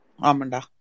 Amanda